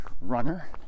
runner